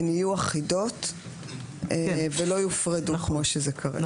הן יהיו אחידות ולא יופרדו כמו שזה קורה.